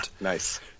nice